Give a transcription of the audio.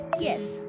Yes